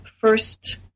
first